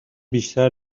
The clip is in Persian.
بیشتر